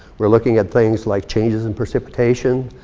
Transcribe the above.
we're looking at things like changes in precipitation,